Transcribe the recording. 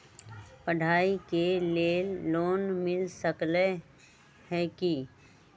पढाई के लेल लोन मिल सकलई ह की?